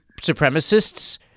supremacists